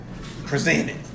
presented